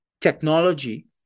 technology